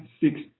six